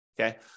okay